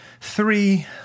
three